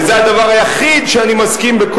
וזה הדבר היחיד שאני מסכים לו,